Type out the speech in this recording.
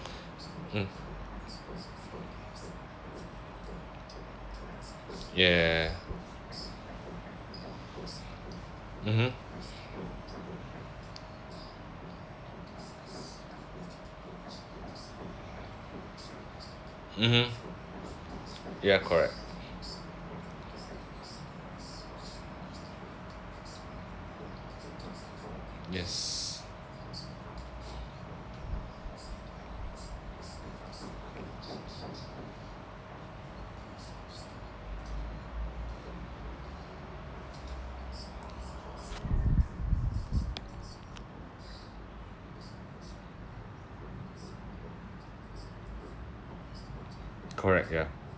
mm ya mmhmm mmhmm ya correct yes correct ya